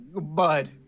Bud